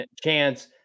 chance